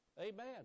Amen